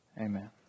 Amen